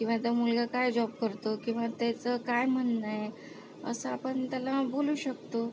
किंवा तो मुलगा काय जॉब करतो किंवा त्याचं काय म्हणणं आहे असं आपण त्याला बोलू शकतो